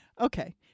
Okay